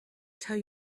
tell